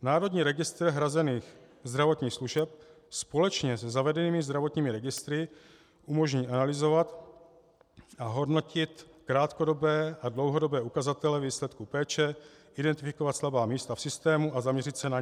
Národní registr hrazených zdravotních služeb společně se zavedenými zdravotními registry umožní analyzovat a hodnotit krátkodobé a dlouhodobé ukazatele výsledků péče, identifikovat slabá místa v systému a zaměřit se na ně.